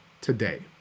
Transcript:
today